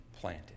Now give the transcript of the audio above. planted